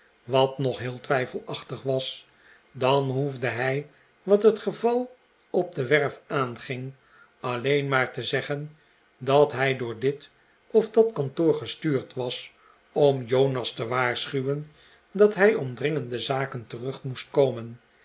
wat nog heel twijfelachtig was dan hoefde hij wat het geval op de werf aanging alleen maar te zeggen dat hij door dit of dat kantoor gestuurd was om jonas te waarschuwen dat hij om dringende zaken terug moest komen